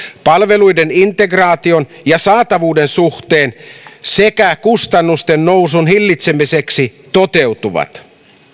palveluiden integraation ja saatavuuden suhteen sekä kustannusten nousun hillitsemiseksi toteutuvat